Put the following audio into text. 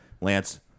Lance